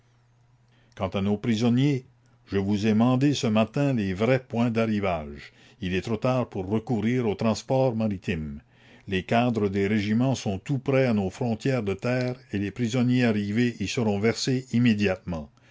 quant à nos prisonniers je vous ai mandé ce matin les vrais points d'arrivage il est trop tard pour recourir aux transports maritimes les cadres des régiments sont tout prêts à nos frontières de terre et les prisonniers arrivés y seront versés immédiatement